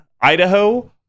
Idaho